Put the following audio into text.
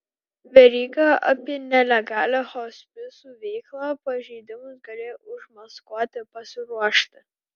veryga apie nelegalią hospisų veiklą pažeidimus galėjo užmaskuoti pasiruošti